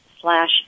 slash